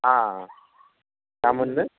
गामोननो